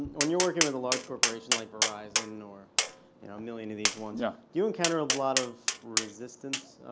when you're working with a large corporation, like verizon and or you know a million of these ones, yeah do you encounter a lot of resistance,